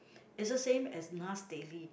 it's the same as Nas Daily